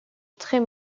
très